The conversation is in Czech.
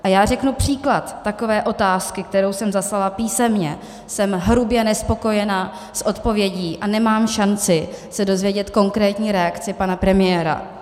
A já řeknu příklad takové otázky, kterou jsem dostala písemně, jsem hrubě nespokojená s odpovědí a nemám šanci se dozvědět konkrétní reakci pana premiéra.